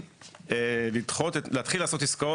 בוודאי שלא.